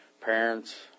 Parents